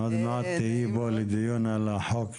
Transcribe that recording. עוד מעט תהי פה על דיון בחוק